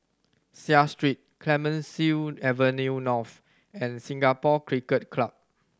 Seah Street Clemenceau Avenue North and Singapore Cricket Club